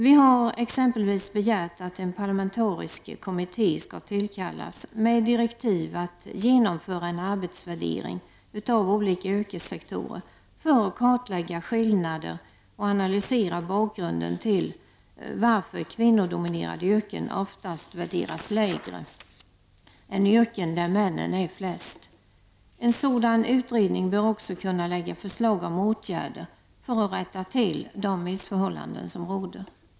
Vi har exempelvis begärt att en parlamentarisk kommitté skall tillsättas med direktiv att genomföra en arbetsvärdering av olika yrkessektorer för att kartlägga skillnader och analysera bakgrunden till att kvinnodominerade yrken oftast värderas lägre än yrken där männen är flest. En sådan utredning bör också kunna lägga fram förslag om åtgärder för att rätta till de missförhållanden som råder.